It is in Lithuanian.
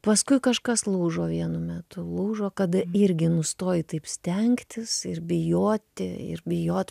paskui kažkas lūžo vienu metu lūžo kada irgi nustoji taip stengtis ir bijoti ir bijot